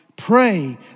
Pray